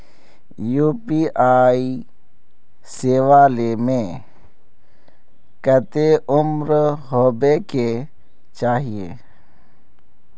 UPI सेवा ले में कते उम्र होबे के चाहिए?